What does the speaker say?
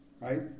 right